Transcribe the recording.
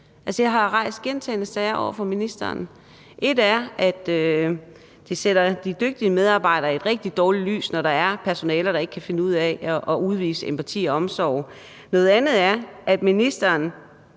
Jeg har gentagne gange rejst sager over for ministeren. Et er, at det sætter de dygtige medarbejdere i et rigtig dårligt lys, når der er personaler, der ikke kan finde ud af at udvise empati og omsorg. Noget andet er, at ministeren